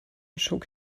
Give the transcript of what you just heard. shook